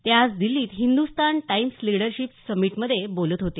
ते आज दिल्लीत हिंदुस्थान टाईम्स लीडरशीप समिटमध्ये बोलत होते